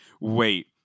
wait